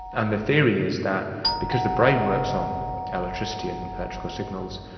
and the theory is that because the brain works on electricity and electrical signals,